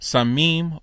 Samim